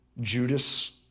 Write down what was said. Judas